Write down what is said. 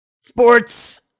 Sports